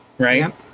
Right